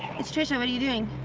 it's tricia, what are you doing?